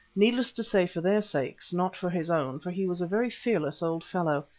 needless to say for their sakes, not for his own, for he was a very fearless old fellow.